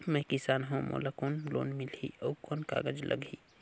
मैं किसान हव मोला कौन लोन मिलही? अउ कौन कागज लगही?